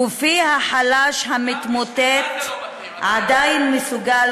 גופי החלש, המתמוטט, עדיין מסוגל